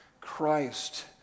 Christ